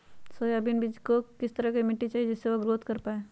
Soybean बीज को किस तरह का मिट्टी चाहिए जिससे वह ग्रोथ कर पाए?